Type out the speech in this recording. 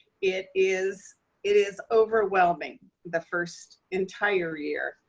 it is it is overwhelming the first entire year.